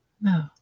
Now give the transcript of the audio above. No